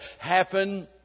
happen